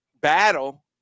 battle